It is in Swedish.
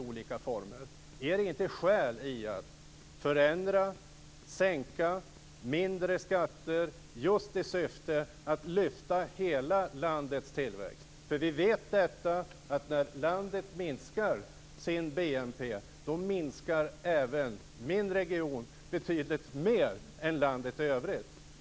Är det inte skäl att förändra, sänka och ha mindre skatter just i syfte att lyfta hela landets tillväxt? När BNP minskar i landet minskar den betydligt mer än i landet i övrigt i den region som jag kommer från.